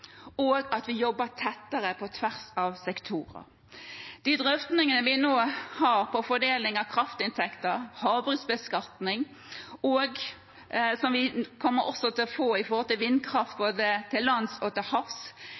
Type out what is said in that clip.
og vi må jobbe tettere på tvers av sektorer. De drøftingene vi nå har om fordeling av kraftinntekter og havbruksbeskatning, og som vi også kommer til å få når det gjelder vindkraft både til lands og til havs,